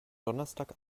donnerstag